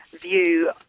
view